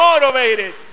motivated